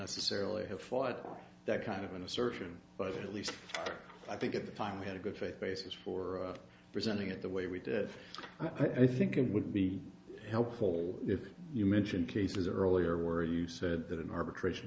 necessarily have fought that kind of an assertion but at least i think at the time we had a good faith basis for presenting it the way we did i think it would be helpful if you mentioned cases earlier where you said that an arbitration